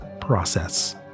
process